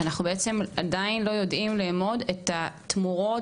שאנחנו בעצם עדיין לא יודעים לאמוד את התמורות